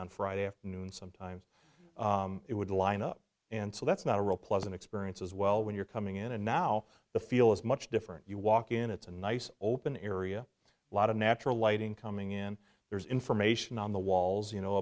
on friday afternoon sometimes it would line up and so that's not a real pleasant experience as well when you're coming in and now the feel is much different you walk in it's a nice open area lot of natural lighting coming in there's information on the walls you know